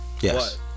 Yes